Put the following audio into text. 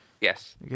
Yes